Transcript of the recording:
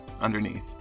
underneath